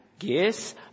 Yes